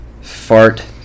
fart